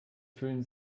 fühlen